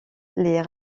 les